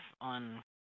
on